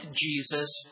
Jesus